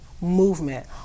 movement